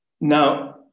Now